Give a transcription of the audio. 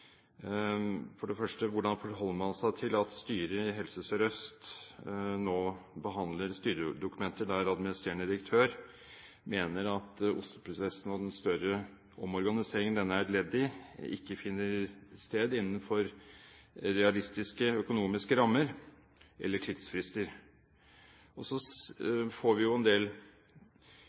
Hvordan forholder man seg til at styret i Helse Sør-Øst nå behandler styredokumenter der administrerende direktør mener at Oslo-prosessen og den større omorganiseringen den er et ledd i, ikke finner sted innenfor realistiske økonomiske rammer eller tidsfrister? Så får vi en del